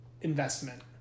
investment